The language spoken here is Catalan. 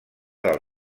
del